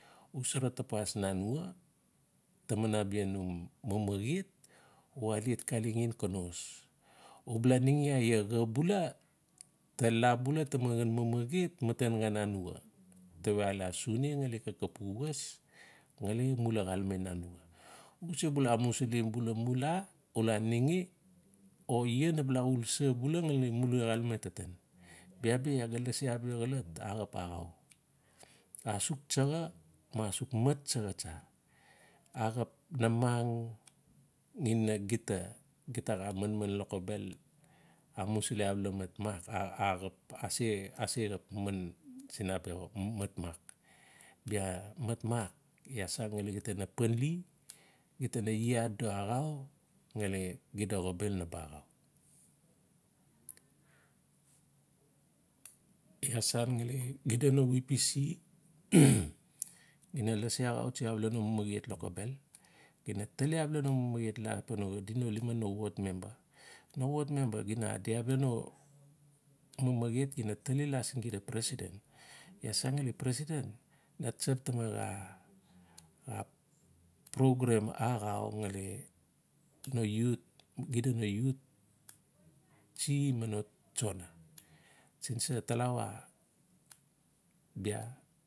U saro tapas nanua taman abia num mamaet u alet langen ti le konos. U bale ningi aiaa xa ta la bula taman xan mamaet maten xhan anua. Tawe ala sune ngali xaka pu was ngali mula xalame nanua. U se bula amusilibula ma la. u la ningio ia naba la uul sa bula ngali mula xalame taten. Bia bi iaa ga lasi abia xolot axap axau. Asuk tsaxa. ma asuk mat tsaxa tsa. Axap namang ina gita. gita xa man lokobel amusili abala mat mak axap ase xap man siin abia mat mak. Bia mat mak iaa sangali gita na panli gita na iee adodo axau ngali xida xobel naba axau. Iaa san ngali xida no vpc di na lasi axautsi abala no mamaet lokobel di tali abala no mamaet pan xadi no liman no ward member. No ward member gi na adi abala no mamaet gim na tali sa siin xida president. Iaasan ngali president na tsap taman xa-xa programe axau ngali no youth xida no youth tsi ma no tsona siin sa tawala bia.